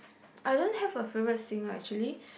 I don't have a favourite singer actually